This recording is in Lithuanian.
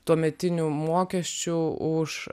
tuometinių mokesčių už